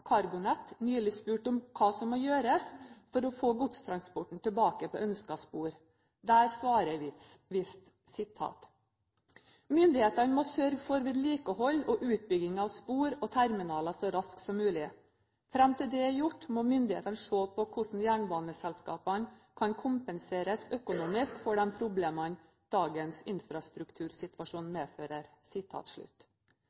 spurt om hva som kan gjøres for å få godstrafikken tilbake på ønsket spor. Der svarer Wist: «Myndighetene må sørge for vedlikehold og utbygging av spor og terminaler så raskt som mulig. Frem til dette er gjort, må myndighetene se på hvordan jernbaneselskapene kan kompenseres økonomisk for de problemene dagens infrastruktursituasjon